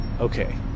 Okay